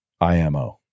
IMO